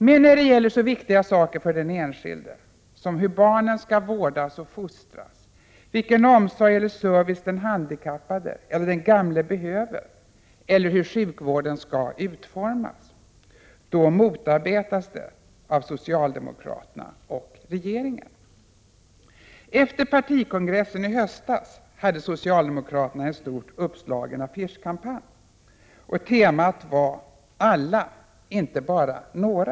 Men när det gäller så viktiga frågor för den enskilde som hur barnen skall vårdas och fostras, vilken omsorg och service den handikappade eller den gamle behöver eller hur sjukvården skall utformas motarbetas dessa kvaliteter av socialdemokraterna och regeringen. ö Efter partikongressen i höstas hade socialdemokraterna en stort uppslagen affischkampanj. Temat var Alla —- inte bara några.